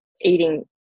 eating